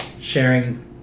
sharing